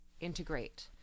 integrate